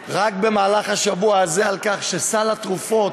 רק במהלך השבוע הזה התבשרנו על כך שסל התרופות